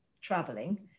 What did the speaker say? traveling